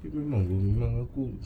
tapi memang memang aku